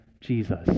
Jesus